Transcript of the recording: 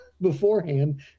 beforehand